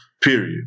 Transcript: period